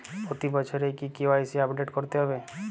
প্রতি বছরই কি কে.ওয়াই.সি আপডেট করতে হবে?